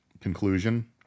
conclusion